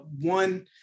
one